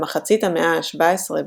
במחצית המאה ה-17,